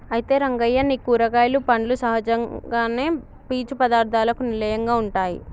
అయితే రంగయ్య నీ కూరగాయలు పండ్లు సహజంగానే పీచు పదార్థాలకు నిలయంగా ఉంటాయి